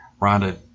Rhonda